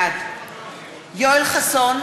בעד יואל חסון,